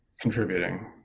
contributing